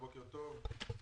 בוקר טוב.